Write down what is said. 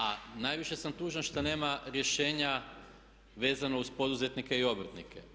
A najviše sam tužan što nema rješenja vezano uz poduzetnike i obrtnike.